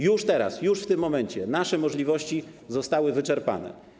Już teraz, już w tym momencie nasze możliwości zostały wyczerpane.